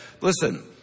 listen